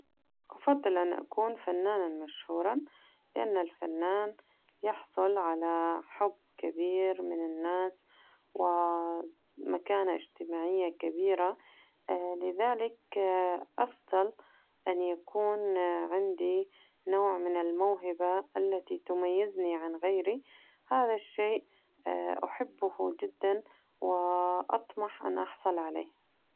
أفضل أن أكون فناناً مشهوراً لأن الفنان يحصل على حب كبير من الناس ومكتنة اجتماعية كبيرة لذلك أفضل أن يكون عندي نوع من الموهبة التي تميزني عن غيري هذا الشيء أحبه جداً وأطمح أن أحصل عليه.